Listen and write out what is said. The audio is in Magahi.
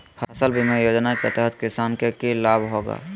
फसल बीमा योजना के तहत किसान के की लाभ होगा?